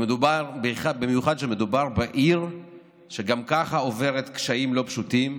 במיוחד כשמדובר בעיר שגם כך עוברת קשיים לא פשוטים,